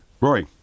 Roy